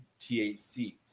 THC